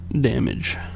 damage